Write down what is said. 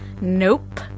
Nope